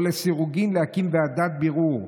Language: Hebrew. או לחלופין להקים ועדת בירור,